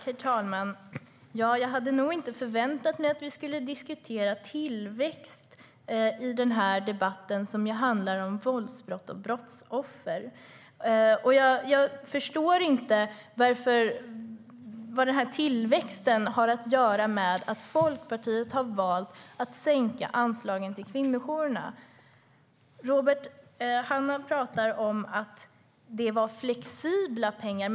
Herr talman! Jag hade inte förväntat mig att vi skulle diskutera tillväxt i denna debatt som handlar om våldsbrott och brottsoffer. Jag förstår inte vad tillväxt har att göra med att Folkpartiet har valt att sänka anslagen till kvinnojourerna. Robert Hannah pratar om flexibla pengar.